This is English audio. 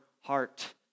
heart